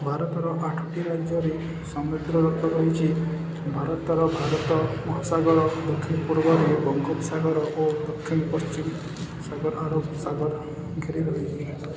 ଭାରତର ଆଠଟି ରାଜ୍ୟରେ ସମୁଦ୍ର ରକ୍ତ ରହିଛି ଭାରତର ଭାରତ ମହାସାଗର ଦକ୍ଷିଣ ପୂର୍ବରୁ ବଙ୍ଗୋବସାଗର ଓ ଦକ୍ଷିଣ ପଶ୍ଚିମ ସାଗର ଆରବ ସାଗର ଘେରି ରହିଛି